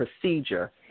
procedure